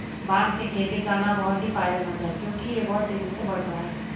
बांस की खेती करना बहुत ही फायदेमंद है क्योंकि यह बहुत तेजी से बढ़ता है